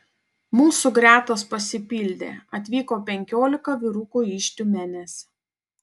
mūsų gretos pasipildė atvyko penkiolika vyrukų iš tiumenės